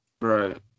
right